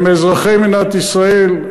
הם אזרחי מדינת ישראל,